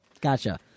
gotcha